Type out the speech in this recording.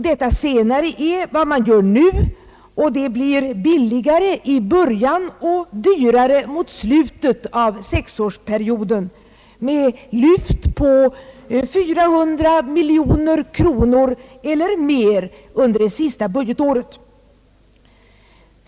Detta senare är vad som nu görs, och det blir billigare i början och dyrare mot slutet av sexårsperioden med lyft på 400 miljoner kronor eller mer under det senaste budgetåret.